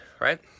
right